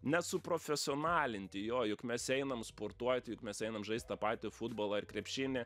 nesuprofesionalinti jo juk mes einam sportuoti bet mes einam žaist tą patį futbolą ar krepšinį